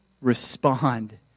respond